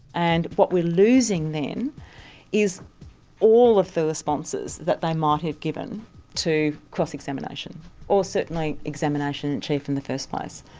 and what we're losing then is all of the responses that they might have given to cross-examination or certainly examination achieved in the first place.